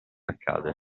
accade